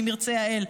אם ירצה האל,